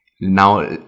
now